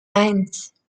eins